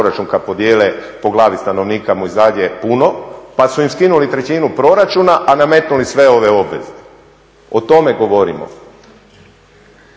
proračun kada podijele po glavi stanovnika mu izađe puno pa su im skinuli trećinu proračuna a nametnuli sve ove obveze. O tome govorimo.